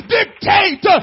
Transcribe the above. dictate